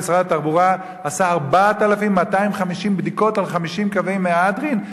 שמשרד התחבורה עשה 4,250 בדיקות על 50 קווי מהדרין,